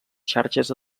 xarxes